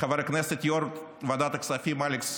חבר הכנסת יו"ר ועדת הכספים אלכס